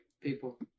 people